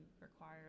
require